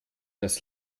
das